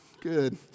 good